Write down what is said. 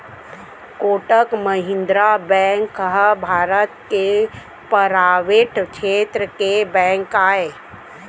Kotak Mahindra bank ह भारत के private छेत्र के बेंक आय